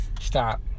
stop